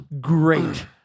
great